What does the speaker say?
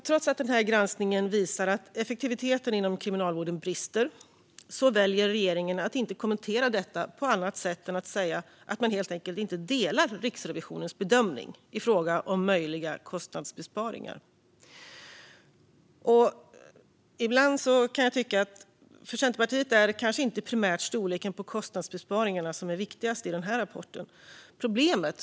Trots att granskningen visar att effektiviteten inom Kriminalvården brister väljer regeringen att inte kommentera detta på annat sätt än att säga att man inte delar Riksrevisionens bedömning i fråga om möjliga kostnadsbesparingar. För Centerpartiet är det kanske inte primärt storleken på kostnadsbesparingarna som är det viktigaste i denna rapport.